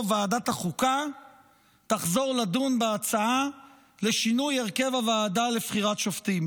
ועדת החוקה תחזור לדון בצעה לשינוי הרכב הוועדה לבחירת שופטים,